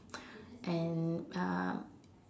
and uh